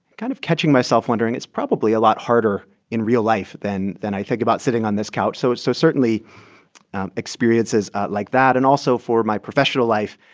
kind of catching myself wondering, it's probably a lot harder in real life than than i think about sitting on this couch. so it's so certainly experiences like that and also for my professional life,